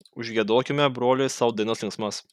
užgiedokime broliai sau dainas linksmas